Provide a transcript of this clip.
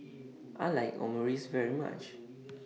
I like Omurice very much